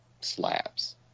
slabs